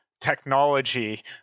technology